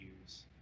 use